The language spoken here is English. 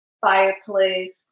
fireplace